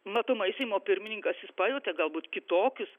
matomai seimo pirmininkas jis pajautė galbūt kitokius